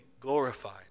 glorified